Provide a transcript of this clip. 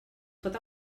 pot